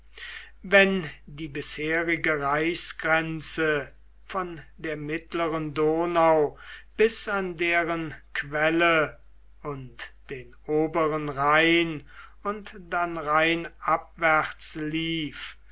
wenn die bisherige reichsgrenze von der mittleren donau bis an deren quelle und den oberen rhein und dann rheinabwärts lief